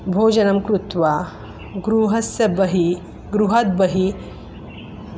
भोजनं कृत्वा गृहस्य बहिः गृहाद् बहिः